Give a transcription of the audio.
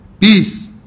peace